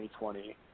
2020